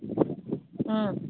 ꯎꯝ